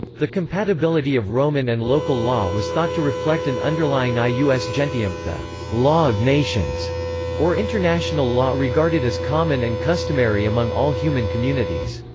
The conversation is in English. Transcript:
the compatibility of roman and local law was thought to reflect an underlying ah ius gentium, the law of nations or international law regarded as common and customary among all human communities.